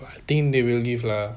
I think they will give lah